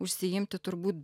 užsiimti turbūt